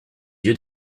yeux